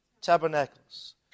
tabernacles